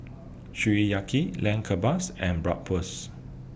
Sukiyaki Lamb Kebabs and Bratwurst